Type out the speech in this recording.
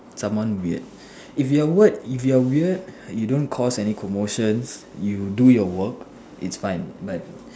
someone weird if you work if you're weird you do your work it's fine but